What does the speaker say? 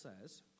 says